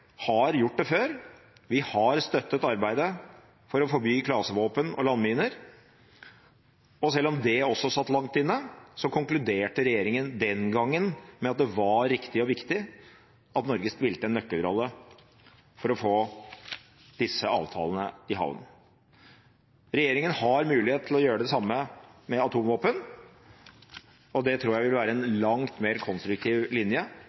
har gjort det før, vi har støttet arbeidet for å forby klasevåpen og landminer, og selv om det også satt langt inne, konkluderte regjeringen den gang med at det var riktig og viktig at Norge spilte en nøkkelrolle for å få disse avtalene i havn. Regjeringen har mulighet til å gjøre det samme med atomvåpen. Det tror jeg vil være en langt mer konstruktiv linje